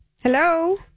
Hello